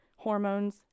hormones